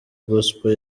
gospel